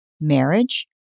marriage